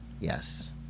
Yes